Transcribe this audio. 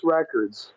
Records